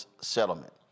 settlement